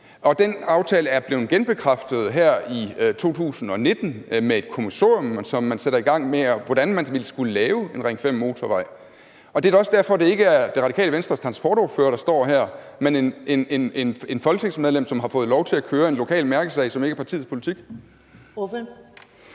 Den aftale er blevet genbekræftet her i 2019 med et kommissorium om, hvordan man ville skulle lave en Ring 5-motorvej. Og det er da også derfor, at det ikke er Det Radikale Venstres transportordfører, der står her, men et folketingsmedlem, som har fået lov til at køre en lokal mærkesag, som ikke er partiets politik.